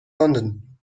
london